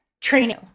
training